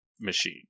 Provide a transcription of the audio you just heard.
machine